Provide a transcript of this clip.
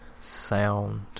sound